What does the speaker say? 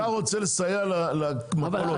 אתה רוצה לסייע למכולות,